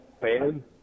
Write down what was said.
fan